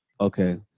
Okay